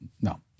No